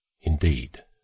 Indeed